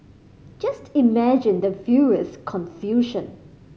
just imagine the viewer's confusion